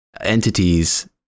entities